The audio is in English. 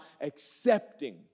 accepting